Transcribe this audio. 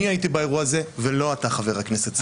אני הייתי באירוע הזה ולא אתה, חבר הכנסת סעדה.